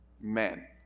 men